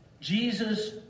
jesus